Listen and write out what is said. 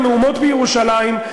המהומות בירושלים,